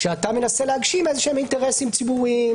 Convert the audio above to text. כשאתה מנסה להגשים איזשהם אינטרסים או ציבוריים,